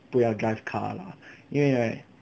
不要 drive car lah 因为 right